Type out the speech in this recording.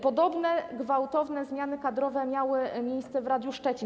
Podobne gwałtowne zmiany kadrowe miały miejsce w Radiu Szczecin.